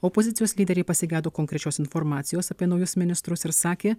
opozicijos lyderiai pasigedo konkrečios informacijos apie naujus ministrus ir sakė